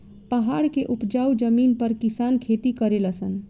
पहाड़ के उपजाऊ जमीन पर किसान खेती करले सन